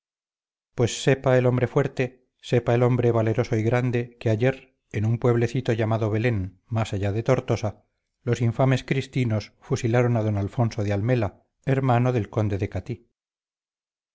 pues sepa el hombre fuerte sepa el hombre valeroso y grande que ayer en un pueblecito llamado belén más allá de tortosa los infames cristinos fusilaron a d alonso de almela hermano del conde de catí